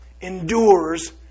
endures